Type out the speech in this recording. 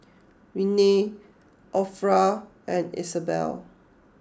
Rennie Orpha and Isabelle